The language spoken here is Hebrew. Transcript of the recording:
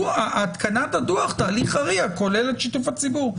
התקנת הדוח תהליך הרי"ע כוללת שיתוף הציבור.